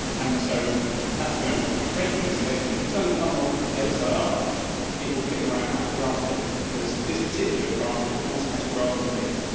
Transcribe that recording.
and so that's going to break it in this case, but if we turn the funnel the other side ah up it will figure out how to grasp it, because this particular grasp, it knows how to grasp a rim.